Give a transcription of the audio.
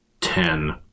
Ten